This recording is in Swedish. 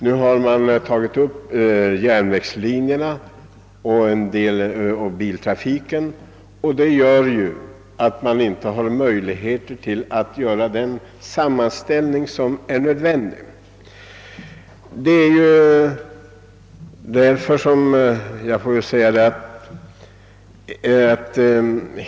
Nu har man tagit upp järnvägslinjerna och biltrafiken, och det gör ju att man inte har möjlighet att göra den sammanställning som är nödvändig.